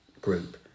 group